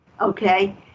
okay